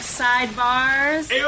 sidebars